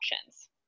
options